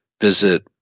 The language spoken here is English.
visit